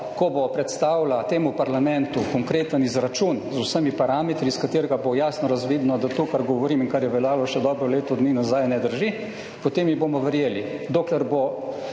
Ko bo predstavila temu parlamentu konkreten izračun z vsemi parametri iz katerega bo jasno razvidno, da to kar govorim in kar je veljalo še dobro leto dni nazaj ne drži, potem ji bomo verjeli. Dokler bo